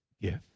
gift